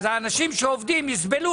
אז האנשים שעובדים יסבלו,